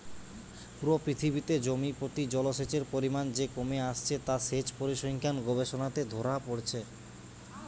পুরো পৃথিবীতে জমি প্রতি জলসেচের পরিমাণ যে কমে আসছে তা সেচ পরিসংখ্যান গবেষণাতে ধোরা পড়ছে